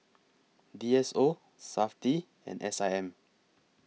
D S O Safti and S I M